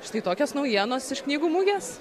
štai tokios naujienos iš knygų mugės